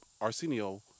Arsenio